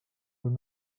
were